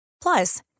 Plus